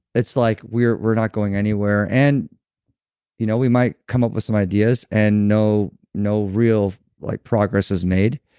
it's like, we're we're not going anywhere and you know we might come up with some ideas and no no real like progress is made.